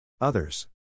Others